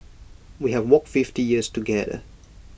we have walked fifty years together